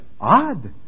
odd